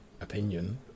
opinion